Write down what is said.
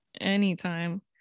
anytime